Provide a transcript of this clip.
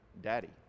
daddy